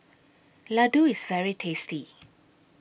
Ladoo IS very tasty